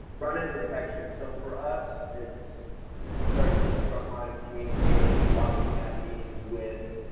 front-end detection so for us it's it starts with the front lines communicating. we often have meetings with,